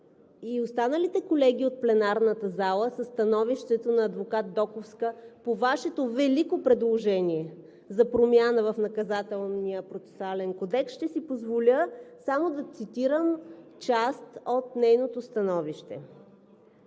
и останалите колеги от пленарната зала със становището на адвокат Доковска по Вашето велико предложение за промяна в Наказателния, ще си позволя само да цитирам част от нейното становище.